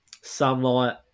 Sunlight